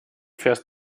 fährst